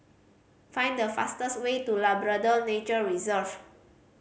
find the fastest way to Labrador Nature Reserve